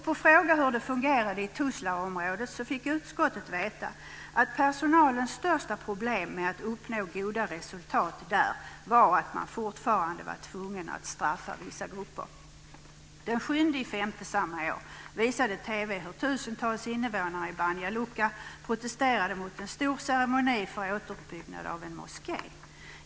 På frågan om hur det fungerade i Tuzlaområdet fick utskottet veta att personalens största problem med att uppnå goda resultat där var att man fortfarande var tvungen att straffa vissa grupper. Den 7 maj samma år visade TV hur tusentals invånare i Banja Luka protesterade mot en stor ceremoni för återuppbyggnad av en moské.